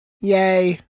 Yay